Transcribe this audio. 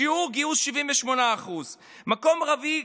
עם שיעור גיוס של 78%; מקום רביעי,